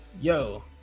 yo